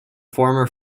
former